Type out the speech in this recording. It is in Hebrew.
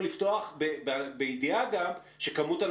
נמצא אתו בשיח וכך הוא מנקז את כל התחום.